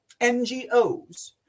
NGOs